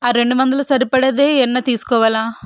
ఆ రెండు వందలు సరిపడేది ఏమన్నా తీసుకోవాలా